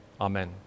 Amen